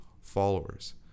followers